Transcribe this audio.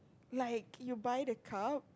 like you buy the cup